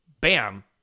bam